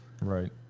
Right